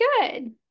good